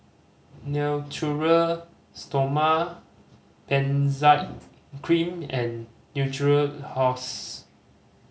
Natura Stoma Benzac Cream and Natura House